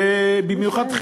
ובמיוחד,